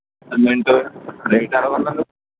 cement బయట ఎలాగ ఉందండి